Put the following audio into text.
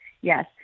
Yes